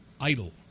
idle